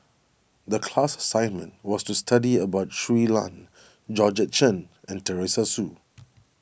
the class assignment was to study about Shui Lan Georgette Chen and Teresa Hsu